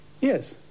Yes